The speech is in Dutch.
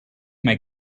mijn